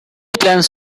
plans